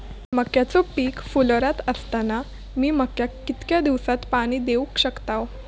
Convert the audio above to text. मक्याचो पीक फुलोऱ्यात असताना मी मक्याक कितक्या दिवसात पाणी देऊक शकताव?